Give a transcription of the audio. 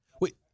Wait